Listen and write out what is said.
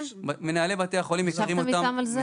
סליחה, אני מצטערת, אבל אולי בכל תתנו לי לסיים.